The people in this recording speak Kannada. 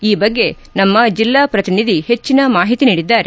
ಈ ಬಗ್ಗೆ ನಮ್ಮ ಜೆಲ್ಲಾ ಪ್ರತಿನಿಧಿ ಹೆಚ್ಚಿನ ಮಾಹಿತಿ ನೀಡಿದ್ದಾರೆ